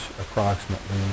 approximately